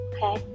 Okay